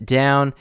down